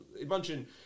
imagine